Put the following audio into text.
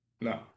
No